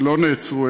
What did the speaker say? לא נעצרו,